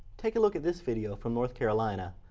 take a look at this video from north carolina.